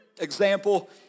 example